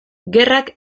gerrak